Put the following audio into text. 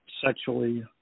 sexually